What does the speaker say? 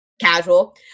casual